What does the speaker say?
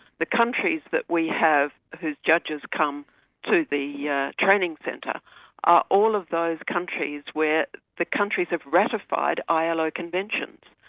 the countries that we have whose judges come to the yeah training centre are all of those countries where the countries have ratified ilo conventions.